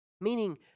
Meaning